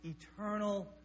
eternal